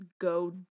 go